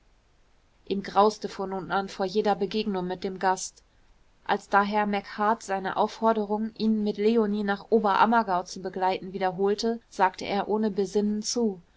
ihm grauste von nun an vor jeder begegnung mit dem gast als daher macheart seine aufforderung ihn mit leonie nach oberammergau zu begleiten wiederholte sagte er ohne besinnen zu